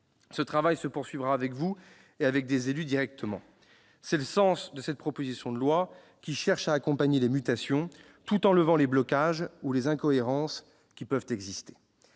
Ce travail se poursuivra avec vous et avec des élus directement. C'est le sens de cette proposition de loi, qui cherche à accompagner les mutations, tout en levant les blocages ou les incohérences qui peuvent exister.